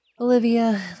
Olivia